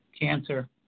cancer